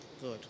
good